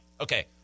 Okay